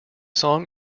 song